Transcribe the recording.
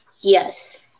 Yes